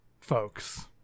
folks